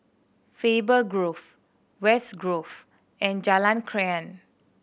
Faber Grove West Grove and Jalan Krian